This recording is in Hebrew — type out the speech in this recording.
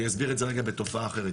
אני אסביר את זה רגע בתופעה אחרת,